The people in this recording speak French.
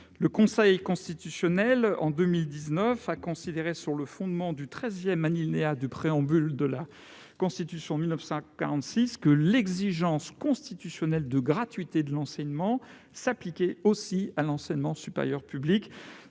Le Conseil constitutionnel, en 2019, a considéré, sur le fondement du treizième alinéa du préambule de la Constitution de 1946, que l'exigence constitutionnelle de gratuité de l'enseignement s'appliquait aussi à l'enseignement supérieur public.